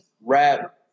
rap